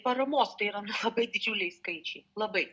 paramos tai yra labai didžiuliai skaičiai labai